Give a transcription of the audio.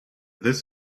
this